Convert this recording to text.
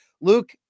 Luke